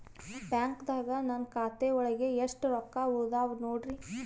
ಬ್ಯಾಂಕ್ದಾಗ ನನ್ ಖಾತೆ ಒಳಗೆ ಎಷ್ಟ್ ರೊಕ್ಕ ಉಳದಾವ ನೋಡ್ರಿ?